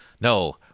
No